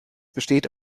besteht